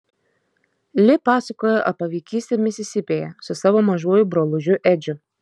li pasakojo apie vaikystę misisipėje su savo mažuoju brolužiu edžiu